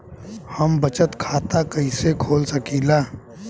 हम बचत खाता कईसे खोल सकिला?